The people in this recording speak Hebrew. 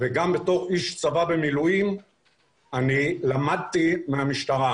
גם בתור איש צבא במילואים למדתי מהמשטרה.